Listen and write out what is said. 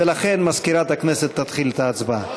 ולכן מזכירת הכנסת תתחיל את ההצבעה.